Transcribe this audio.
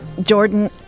Jordan